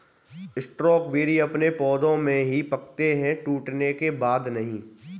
strawberry अपने पौधे में ही पकते है टूटने के बाद नहीं